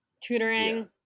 tutoring